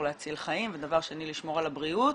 להציל חיים ודבר שני לשמור על הבריאות,